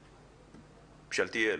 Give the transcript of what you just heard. שאלתיאל.